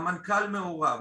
המנכ"ל מעורב,